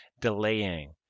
delaying